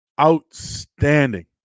Outstanding